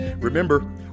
Remember